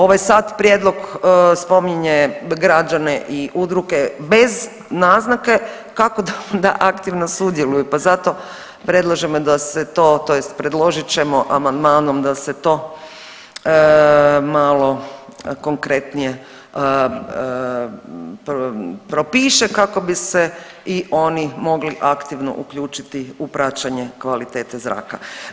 Ovaj sad prijedlog spominje građane i udruge bez naznake kako da aktivno sudjeluju pa zato predlažemo da se to tj. predložit ćemo amandmanom da se to malo konkretnije propiše kako bi se i oni mogli aktivno uključiti u praćenje kvalitete zraka.